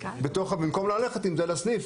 במקום ללכת עם זה לסניף.